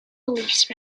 beliefs